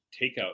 takeout